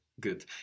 Good